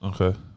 Okay